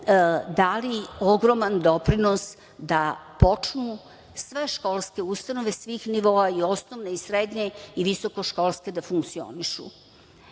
dali ogroman doprinos da počnu sve školske ustanove svih nivoa, i osnovne i srednje i visokoškolske, da funkcionišu. Da